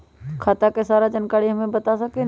खाता के सारा जानकारी हमे बता सकेनी?